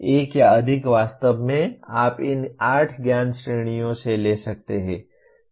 एक या अधिक वास्तव में आप इन 8 ज्ञान श्रेणियों से ले सकते हैं